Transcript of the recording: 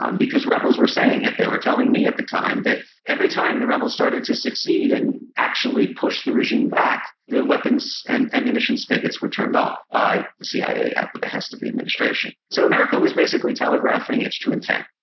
um because rebels were saying it, they were telling me at the time, that every time the rebels started to succeed and actually push the regime back, the weapons and ammunition spigots were turned off by the cia at the behest of the administration. so america was basically telegraphing its true intent.